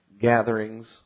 gatherings